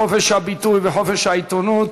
חופש הביטוי וחופש העיתונות):